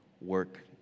work